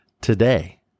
Today